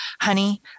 Honey